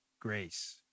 grace